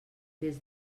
des